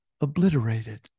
obliterated